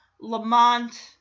Lamont